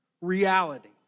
reality